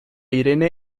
irene